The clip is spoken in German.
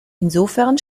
insofern